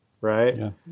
right